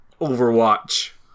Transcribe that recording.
Overwatch